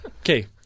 Okay